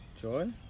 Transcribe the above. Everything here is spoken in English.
joy